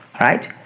right